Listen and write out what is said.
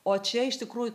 o čia iš tikrųjų